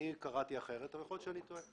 אני קראתי אחרת, אבל יכול להיות שאני טועה.